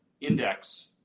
index